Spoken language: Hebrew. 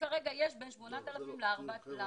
שכרגע יש בין 8,000 ל-14,000.